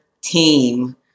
team